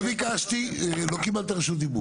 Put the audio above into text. לא קיבלת את רשות הדיבור,